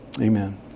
Amen